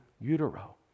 utero